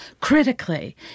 critically